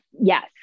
Yes